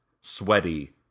sweaty